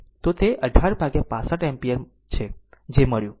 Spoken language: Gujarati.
તો તે 18 ભાગ્યા 65 એમ્પીયર છે જે મળ્યું